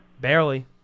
Barely